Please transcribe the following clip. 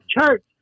church